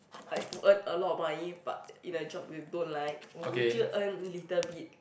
like to earn a lot of money but in a job you don't like or would you earn little bit